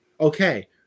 Okay